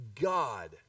God